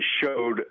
showed